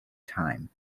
time